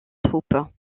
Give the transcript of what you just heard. troupe